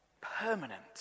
permanent